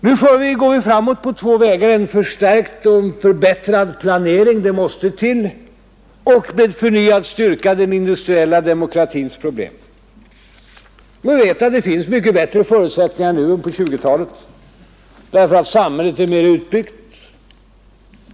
Nu går vi framåt på två vägar: Vi tillämpar en förstärkt och förbättrad planering — det måste till — och vi aktualiserar med förnyad styrka den industriella demokratins problem. Vi vet att det finns mycket bättre förutsättningar nu än på 1920-talet, därför att samhället är mer utbyggt.